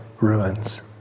ruins